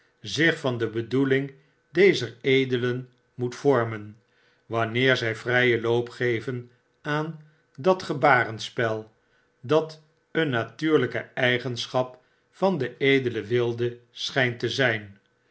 zich van de bedoeling dezer edelen moet vormen wanneer zy vryen loop geven aan dat gebarenspel dat een natuurlyke eigenschap van den edelen wilde schynt te zyn